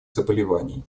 заболеваний